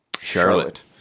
Charlotte